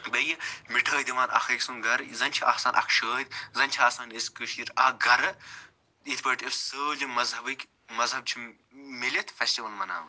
بیٚیہِ مِٹھٲے دِوان اَکھ أکۍ سُنٛد گھرٕ زَن چھِ آسان اَکھ شٲدۍ زَنہٕ چھِ آسان أسۍ کٔشیٖر اَکھ گھرٕ یِتھ پٲٹھۍ أسۍ سٲلِم مذہبٕکۍ مذہب چھِ میٖلِتھ فیٚسٹِوَل مناوان